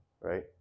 right